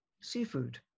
seafood